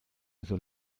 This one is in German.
also